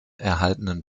erhaltenen